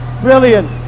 brilliant